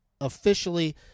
officially